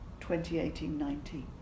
2018-19